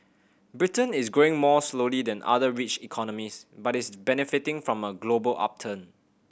Britain is growing more slowly than other rich economies but is benefiting from a global upturn